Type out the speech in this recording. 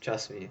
just me